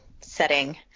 setting